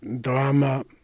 drama